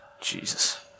Jesus